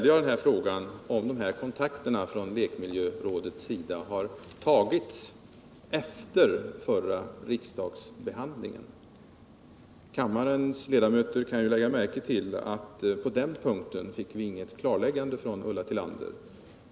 Jag frågade om de här kontakterna har tagits av lekmiljörådet efter förra riksdagsbehandlingen. Kammarens ledamöter kan lägga märke till att på den punkten fick vi inget klarläggande från Ulla Tillander.